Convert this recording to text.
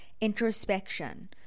introspection